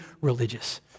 religious